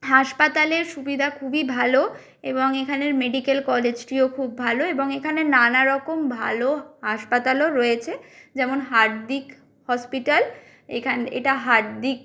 হাসপাতালের সুবিধা খুবই ভালো এবং এখানের মেডিক্যাল কলেজটিও খুব ভালো এবং এখানে নানা রকম ভালো হাসপাতালও রয়েছে যেমন হার্দিক হসপিটাল এখানে এটা হার্দিক